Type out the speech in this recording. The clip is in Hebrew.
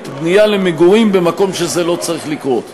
בנייה למגורים במקום שזה לא צריך לקרות.